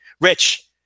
Rich